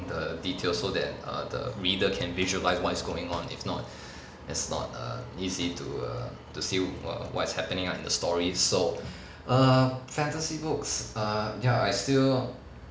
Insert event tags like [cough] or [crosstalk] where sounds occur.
the details so that err the reader can visualise what is going on if not [breath] it's not err easy to err to see err what's happening ah in the story so err fantasy books err ya I still